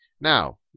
Now